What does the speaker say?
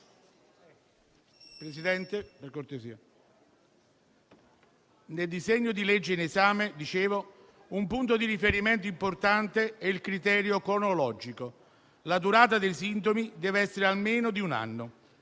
Presidente).* Nel disegno di legge in esame, un punto di riferimento importante è il criterio cronologico: la durata dei sintomi dev'essere almeno di un anno.